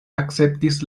akceptis